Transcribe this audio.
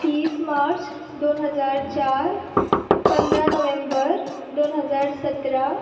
तीस मार्च दोन हजार चार पंदरा नोव्हेंबर दोन हजार सतरा